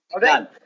Done